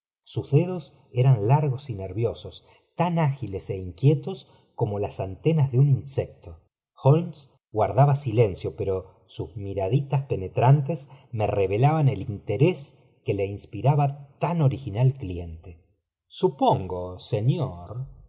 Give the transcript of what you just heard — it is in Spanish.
sus dedos eran largos y nerviosos tan ágiles é inquietos como las antena de un insecto holmes guardaba silencio pero sus miraditas penetrantes me revelaban el interés que le inspiraba tan original cliente supongo señor